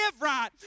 right